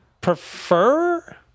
prefer